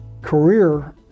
career